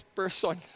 person